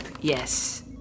Yes